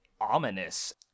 Ominous